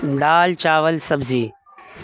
دال چاول سبزی